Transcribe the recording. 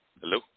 Hello